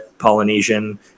Polynesian